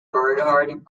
bernard